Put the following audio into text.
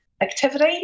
activity